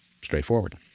straightforward